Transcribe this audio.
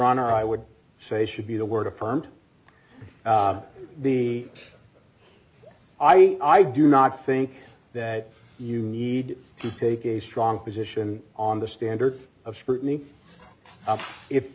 honor i would say should be the word affirmed the i e i do not think that you need to take a strong position on the standard of scrutiny